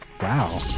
Wow